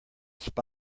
spy